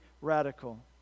radical